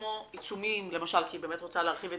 כמו עיצומים כי היא באמת רוצה להרחיב את